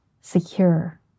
secure